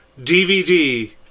DVD